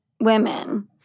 women